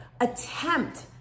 attempt